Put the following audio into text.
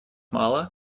мало